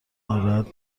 ناراحت